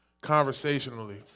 conversationally